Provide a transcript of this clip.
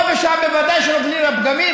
פה ושם בוודאי נופלים בה פגמים,